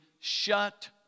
shut